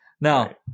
Now